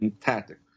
tactic